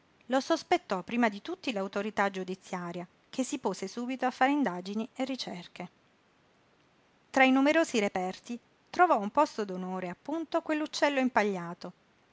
lo sospettò prima di tutti l'autorità giudiziaria che si pose subito a fare indagini e ricerche tra i numerosi reperti trovò un posto d'onore appunto quell'uccello impagliato